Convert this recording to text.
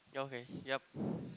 ya okay yup